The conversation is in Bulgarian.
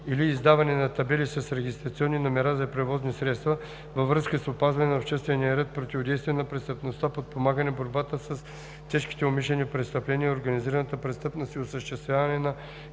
и/или издаване на табели с регистрационни номера за превозни средства, във връзка с опазване на обществения ред, противодействие на престъпността, подпомагане борбата с тежките умишлени престъпления и организираната престъпност, и осъществяване на